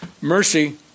Mercy